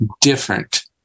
different